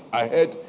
ahead